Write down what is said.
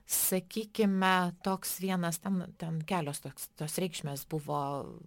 sakykime toks vienas ten ten kelios toks tos reikšmės buvo